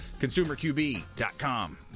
ConsumerQB.com